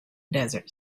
desert